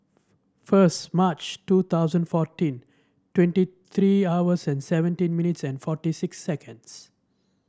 first March two thousand fourteen twenty three hours and seventeen minutes and forty six seconds